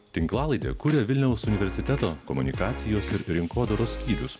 tinklalaidę kuria vilniaus universiteto komunikacijos ir rinkodaros skyrius